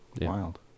Wild